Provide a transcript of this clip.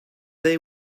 they